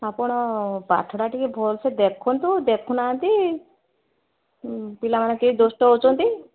ଆପଣ ପାଠଟା ଟିକିଏ ଭଲ୍ସେ ଦେଖନ୍ତୁ ଦେଖୁନାହାନ୍ତି ପିଲାମାନେ ଟିକିଏ ଦୁଷ୍ଟ ହେଉଛନ୍ତି